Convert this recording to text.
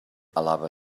alaba